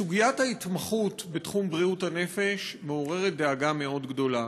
סוגיית ההתמחות בתחום בריאות הנפש מעוררת דאגה מאוד גדולה,